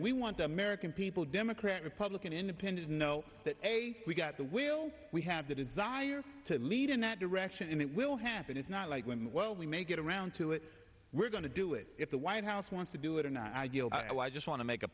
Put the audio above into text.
we want the american people democrat republican independent know that we got the will we have the desire to lead in that direction and it will happen it's not like when well we may get around to it we're going to do it if the white house wants to do it or not ideal i just want to make a